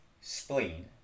spleen